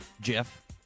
jeff